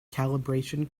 calibration